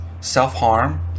self-harm